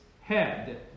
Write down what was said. head